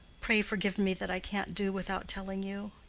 pray forgive me that i can't do without telling you.